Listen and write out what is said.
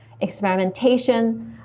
experimentation